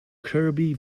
kirby